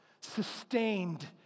sustained